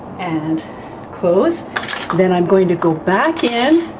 and close then i'm going to go back in